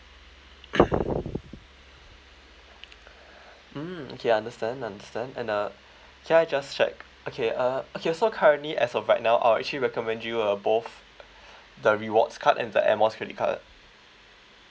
mm okay understand understand and uh can I just check okay uh okay so currently as of right now I'll actually recommend you uh both the rewards card and the air miles credit card